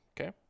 okay